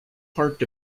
part